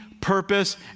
purpose